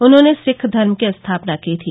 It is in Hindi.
उन्होंने सिख धर्म की स्थापना की थी